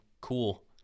Cool